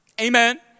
amen